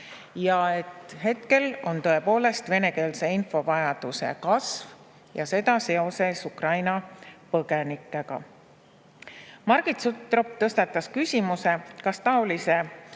Hetkel on tõepoolest venekeelse info vajadus kasvanud, ja seda seoses Ukraina põgenikega. Margit Sutrop tõstatas küsimuse, kas taolise